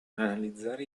analizzare